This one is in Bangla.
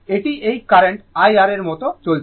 এটি এই কারেন্ট IR এর মতো চলছে